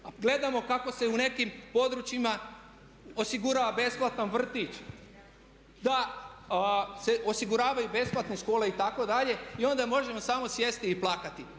Gledamo kako se u nekim područjima osigurava besplatan vrtić, da se osiguravaju besplatne škole itd. I onda možemo samo sjesti i plakati.